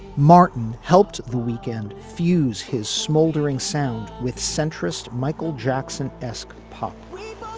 martin helped the weekend fuse his smoldering sound with centrist michael jackson esque pop